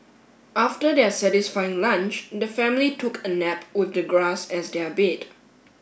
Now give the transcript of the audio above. after their satisfying lunch the family took a nap with the grass as their bed